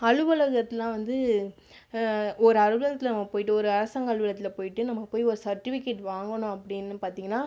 அலுவலகத்துலலாம் வந்து ஒரு அலுவலகத்தில் நம்ம போய்ட்டு ஒரு அரசாங்க அலுவலகத்தில் போய்ட்டு நம்ம போய் ஒரு சர்டிவிகேட் வாங்கணும் அப்படின்னு பார்த்திங்கன்னா